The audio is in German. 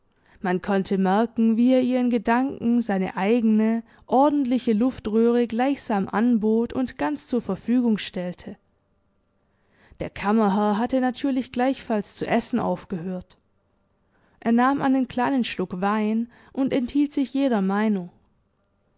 man konnte merken wie er ihr in gedanken seine eigene ordentliche luftröhre gleichsam anbot und ganz zur verfügung stellte der kammerherr hatte natürlich gleichfalls zu essen aufgehört er nahm einen kleinen schluck wein und enthielt sich jeder meinung